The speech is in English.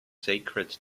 sacred